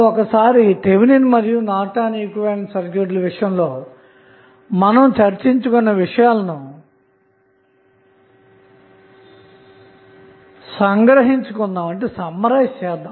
ఒకసారి థెవెనిన్ మరియు Norton equivalent circuit ల విషయంలో మనం చర్చించుకున్న అంశాలను సంగ్రహించు కుందాము